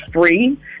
free